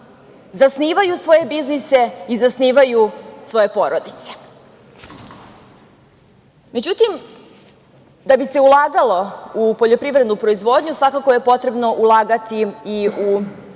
zasnivaju svoje biznise i zasnivaju svoje porodice.Međutim, da bi se ulagalo u poljoprivrednu proizvodnju, svakako je potrebno ulagati i u infrastrukturu